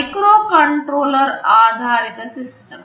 microcontroller ఆధారిత system